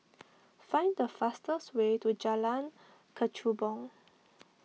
find the fastest way to Jalan Kechubong